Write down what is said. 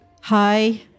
Hi